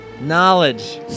knowledge